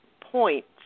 points